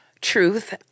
Truth